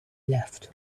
left